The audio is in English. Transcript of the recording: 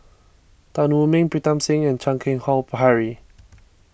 Tan Wu Meng Pritam Singh and Chan Keng Howe Harry